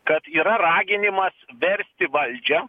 kad yra raginimas versti valdžią